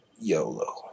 YOLO